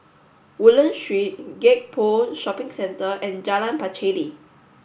Woodland Street Gek Poh Shopping Centre and Jalan Pacheli